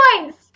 points